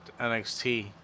NXT